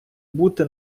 бути